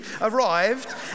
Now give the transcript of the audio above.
arrived